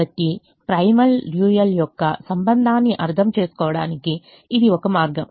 కాబట్టి primal dual యొక్క సంబంధాన్ని అర్థం చేసుకోవడానికి ఇది ఒక మార్గం